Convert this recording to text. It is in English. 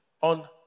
on